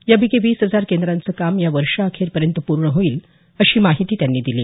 यापैकी वीस हजार केंद्रांचं काम या वर्षअखेरपर्यंत पूर्ण होईल अशी माहिती त्यांनी दिली